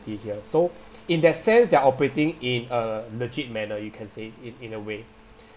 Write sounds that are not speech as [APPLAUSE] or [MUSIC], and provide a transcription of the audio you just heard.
so [BREATH] in that sense they're operating in a legit manner you can say in in a way